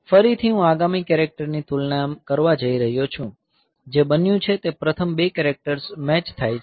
ફરીથી હું આગામી કેરેક્ટરની તુલના કરવા જઈ રહ્યો છું જે બન્યું છે તે પ્રથમ 2 કેરેક્ટર્સ મેચ થાય છે